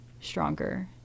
stronger